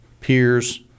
peers